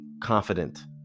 confident